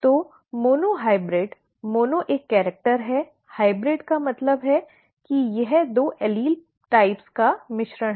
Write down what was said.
तो monohybrid mono एक character है हाइब्रिड का मतलब है कि यह दो एलील प्रकारों का मिश्रण है